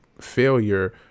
failure